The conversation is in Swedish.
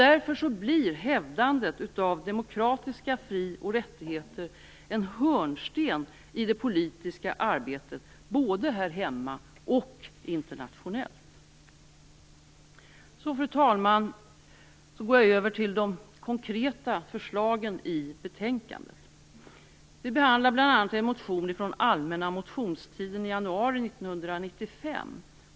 Därför blir hävdandet av demokratiska fri och rättigheter en hörnsten i det politiska arbetet både här hemma och internationellt. Så, fru talman, går jag över till de konkreta förslagen i betänkandet. Vi behandlar bl.a. en motion från allmänna motionstiden i januari 1995.